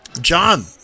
John